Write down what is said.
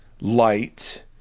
light